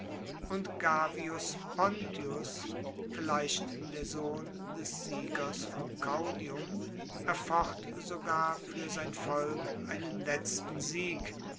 und gavius pontius vielleicht der sohn des siegers von caudium erfocht sogar fuer sein volk einen letzten sieg